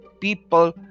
people